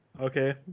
Okay